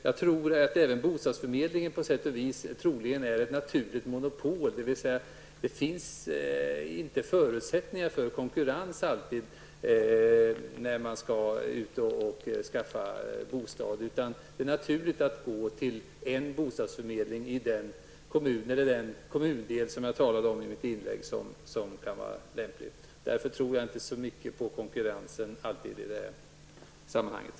Jag tror att även bostadsförmedlingen på sätt och vis är ett naturligt monopol, dvs. det finns inte alltid förutsättningar för konkurrens i samband med att man skall skaffa bostad, utan det är naturligt att gå till en bostadsförmedling i den kommun eller den kommundel -- som jag talade om i mitt anförande -- som kan vara lämplig. Därför tror jag inte alltid på konkurrensen i det här sammanhanget.